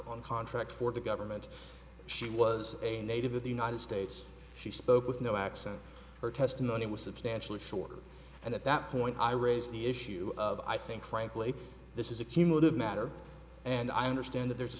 on contract for the government she was a native of the united states she spoke with no accent her testimony was substantially shorter and at that point i raised the issue of i think frankly this is a cumulative matter and i understand that there's a